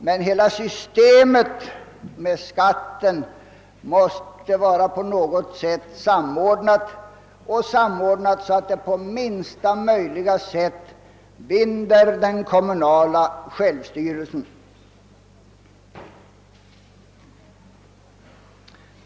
Men hela systemet med skatten måste på något sätt samordnas, och detta bör ske på sådant sätt att det så litet som möjligt binder den kommunala självstyrelsen.